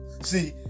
See